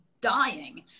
dying